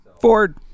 Ford